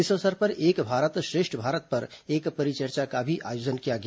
इस अवसर पर एक भारत श्रेष्ठ भारत पर एक परिचर्चा का भी आयोजन किया गया